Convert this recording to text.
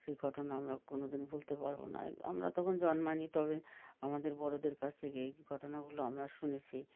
সেই ঘটনা আমরা কোনোদিন ভুলতে পারব না এ আমরা তখন জন্মাইনি তবে আমাদের বড়দের কাছ থেকে এই ঘটনাগুলো আমরা শুনেছি